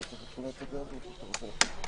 הצבעה